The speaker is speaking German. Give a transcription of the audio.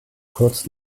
kurz